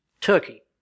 Turkey